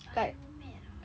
bio med~ ah